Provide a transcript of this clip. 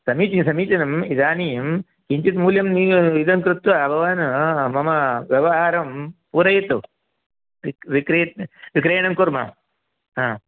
समीची समीचीनम् इदानीं किञ्चित् मूल्यम् इदं कृत्वा भवान् मम व्यवहारं पूरयतु वि विक्रे विक्रयणं कुर्मः हा